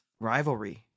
rivalry